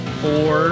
four